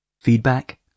Feedback